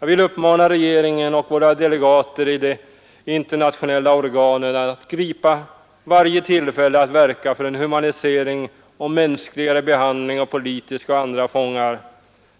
Jag vill uppmana regeringen och våra delegater i de internationella organen att gripa varje tillfälle att verka för humanare behandling av politiska och andra fångar.